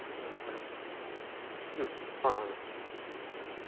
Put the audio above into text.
ꯑꯥ ꯑꯥ ꯐꯔꯦ ꯐꯔꯦ ꯎꯝ ꯍꯣꯏ ꯍꯣꯏ